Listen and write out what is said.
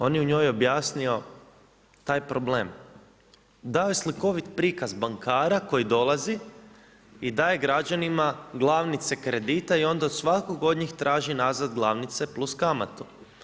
On je u njoj objasnio taj problem, daje slikovit prikaz bankara koji dolazi i daje građanima glavnice kredita i onda svakog od njih traži glavnice plus kamatu.